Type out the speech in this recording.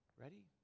ready